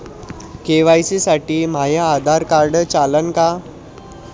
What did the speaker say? KYC साठी माह्य Aadhaar card चालन का?